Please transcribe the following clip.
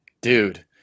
dude